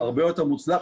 הרבה יותר מוצלח.